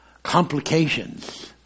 Complications